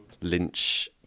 lynch